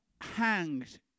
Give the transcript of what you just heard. hanged